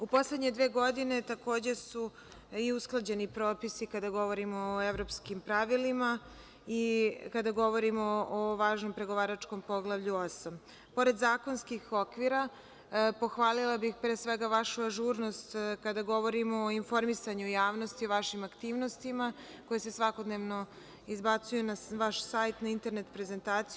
U poslednje dve godine takođe su i usklađeni propisi kada govorimo o evropskim pravilima i kada govorimo o važnom pregovaračkom Poglavlju 8. Pored zakonskih okvira, pohvalila bih pre svega, vašu ažurnost kada govorimo o informisanju javnosti o vašim aktivnostima, koje se svakodnevno izbacaju na vaš sajt, na internet prezentaciju.